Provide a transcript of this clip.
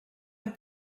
être